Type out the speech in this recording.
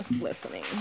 listening